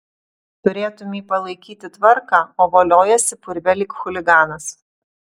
turėtumei palaikyti tvarką o voliojiesi purve lyg chuliganas